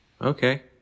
Okay